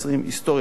היסטוריה עולמית,